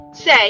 say